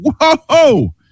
whoa